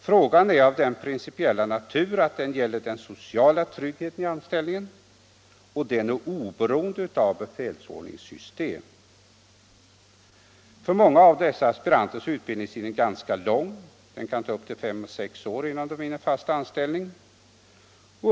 Frågan är av principiell betydelse och gäller den sociala tryggheten i anställningen, och den är oberoende av befälsordningssystem. För många av dessa aspiranter är utbildningstiden ganska lång. Det kan ta upp till fem och sex år innan de vinner fast anställning.